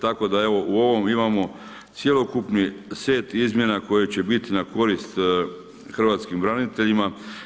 Tako da evo, u ovom imamo cjelokupni set izmjena koje će biti na korist hrvatskim braniteljima.